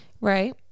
right